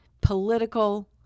political